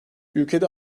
ülkede